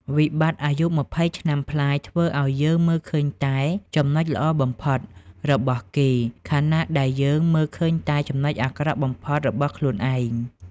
វិបត្តិអាយុ២០ឆ្នាំប្លាយធ្វើឱ្យយើងមើលឃើញតែ "ចំណុចល្អបំផុត" របស់គេ ខណៈដែលយើងមើលឃើញតែ "ចំណុចអាក្រក់បំផុត" របស់ខ្លួនឯង។